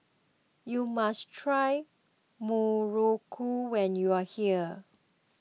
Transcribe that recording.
you must try Muruku when you are here